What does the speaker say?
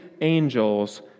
angels